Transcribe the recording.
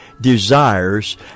desires